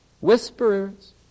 whisperers